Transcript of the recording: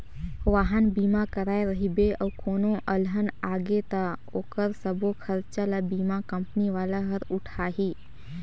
वाहन बीमा कराए रहिबे अउ कोनो अलहन आगे त ओखर सबो खरचा ल बीमा कंपनी वाला हर उठाही